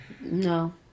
No